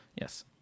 Yes